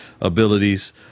abilities